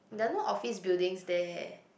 there are no office buildings there